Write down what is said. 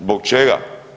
Zbog čega?